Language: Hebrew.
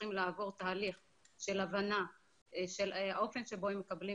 צריכים לעבור תהליך של הבנה של האופן שבו הם מקבלים